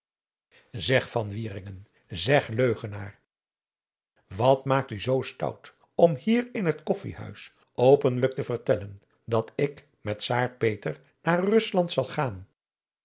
wieringen zeg leugenaar wat maakte u zoo stout om hier in het koffijhuis openlijk te vertellen dat ik met czaar peter naar rusland zal gaan